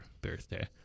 birthday